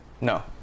No